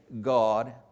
God